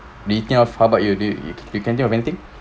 do you think of how about you do you you can think of anything